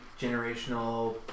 generational